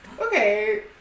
okay